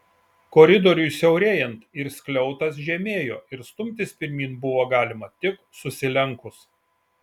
koridoriui siaurėjant ir skliautas žemėjo ir stumtis pirmyn buvo galima tik susilenkus